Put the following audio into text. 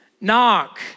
knock